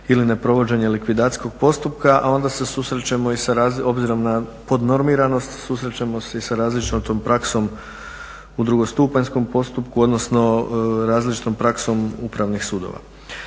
na podnormiranost, susrećemo se i sa različitom praksom u drugostupanjskom postupku, odnosno različitom praksom upravnih sudova.